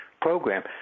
program